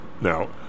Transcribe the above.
Now